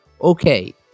Okay